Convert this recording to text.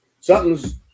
Something's